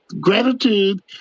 gratitude